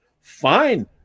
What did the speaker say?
Fine